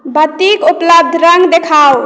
बत्तीक उपलब्ध रङ्ग देखाउ